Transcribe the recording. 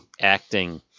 Acting